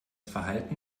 verhalten